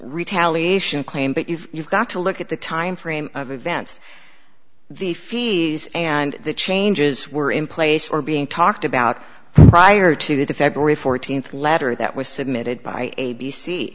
retaliation claim but you've got to look at the time frame of events the fees and the changes were in place or being talked about prior to the february fourteenth letter that was submitted by a